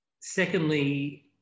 Secondly